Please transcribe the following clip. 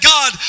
God